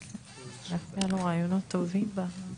אבל היא אולי אומרת משהו על משרד